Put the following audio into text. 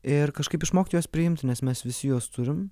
ir kažkaip išmokti juos priimti nes mes visi juos turim